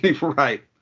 Right